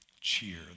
cheer